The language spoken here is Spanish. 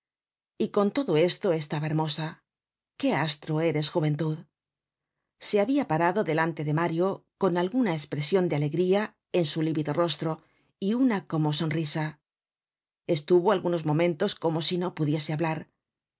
y con todo esto estaba hermosa qué astro eres juventud se habia parado delante de mario con alguna espresion de alegria en su lívido rostro y una como sonrisa estuvo algunos momentos como si no pudiese hablar